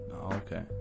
Okay